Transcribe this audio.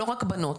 לא רק בנות,